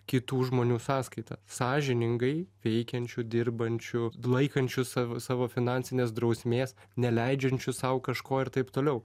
kitų žmonių sąskaita sąžiningai veikiančių dirbančių laikančių save savo finansinės drausmės neleidžiančių sau kažko ir taip toliau